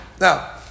Now